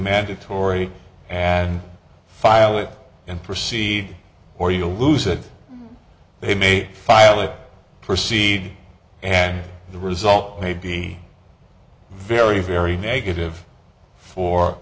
mandatory and file it and proceed or you'll lose it they may file it proceed and the result may be very very negative for